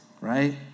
right